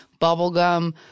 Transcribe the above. bubblegum